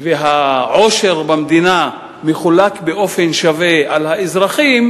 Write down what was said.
והעושר במדינה מחולקים באופן שווה על האזרחים,